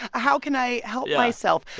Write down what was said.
how can i help myself?